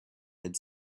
had